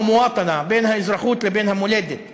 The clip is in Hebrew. ל"מוואטנה", בין המולדת לאזרחות.